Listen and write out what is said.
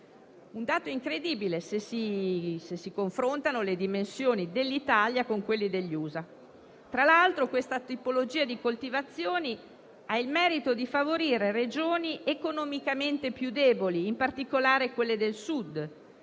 un dato incredibile, se si confrontano le dimensioni dell'Italia con quelle degli USA. Tra l'altro, questa tipologia di coltivazioni ha il merito di favorire le Regioni economicamente più deboli, in particolare quelle del Sud,